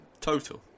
Total